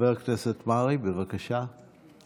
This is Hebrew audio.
חבר הכנסת מרעי, בבקשה.